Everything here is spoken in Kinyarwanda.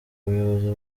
ubuyobozi